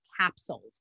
capsules